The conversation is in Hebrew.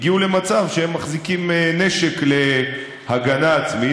הגיעו למצב שהם מחזיקים נשק להגנה עצמית,